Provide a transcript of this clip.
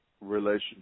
relationship